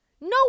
No